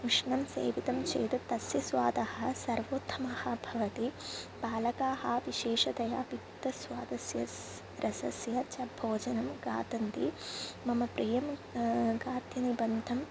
उष्णं सेवितं चेत् तस्य स्वादः सर्वोत्तमः भवति बालकाः विशेषतया पित्तस्वादस्य स् रसस्य च भोजनं खादन्ति मम प्रियं खाद्यनिबन्धम्